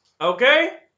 Okay